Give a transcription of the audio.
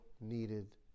needed